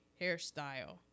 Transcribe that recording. hairstyle